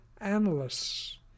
analysts